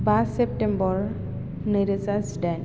बा सेप्तेम्बर नैरोजा जिडाइन